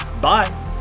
Bye